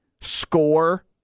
score